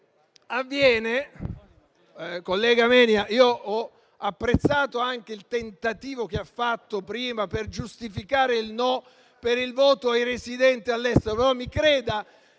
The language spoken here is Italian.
Collega Menia, ho apprezzato anche il tentativo che ha fatto prima per giustificare il «no» al voto ai residenti all'estero. Mi creda,